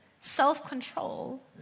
self-control